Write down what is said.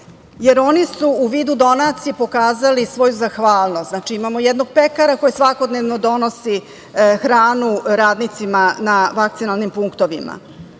jer oni su u vidu donacije pokazali svoju zahvalnost. Znači, imamo jednog pekara koji svakodnevno donosi hranu radnicima na vakcinalnim punktovima.